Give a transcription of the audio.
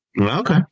Okay